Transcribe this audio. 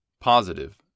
positive